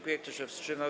Kto się wstrzymał?